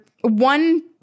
one